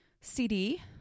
CD